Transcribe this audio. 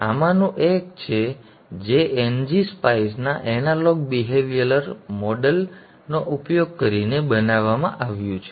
આમાંનું એક છે જે ngSspice ના એનાલોગ બિહેવિયરલ મોડેલ નો ઉપયોગ કરીને બનાવવામાં આવ્યું છે